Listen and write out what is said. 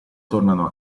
tornano